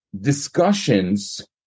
Discussions